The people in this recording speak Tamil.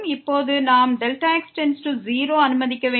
இப்போது நாம் Δx→0ஐ அனுமதிப்போம்